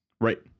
Right